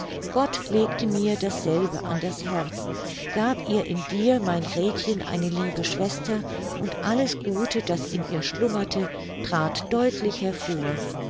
gott legte mir dasselbe an das herz gab ihr in dir mein gretchen eine liebe schwester und alles gute das in ihr schlummerte trat deutlich hervor